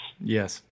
Yes